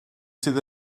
sydd